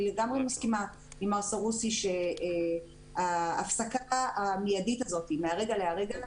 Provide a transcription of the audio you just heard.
אני לגמרי מסכימה עם מר סרוסי שההפסקה המיידית הזאת מרגע לרגע,